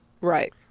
Right